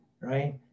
Right